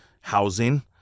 housing